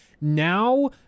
Now